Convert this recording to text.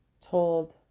Told